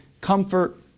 comfort